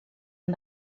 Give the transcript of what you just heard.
han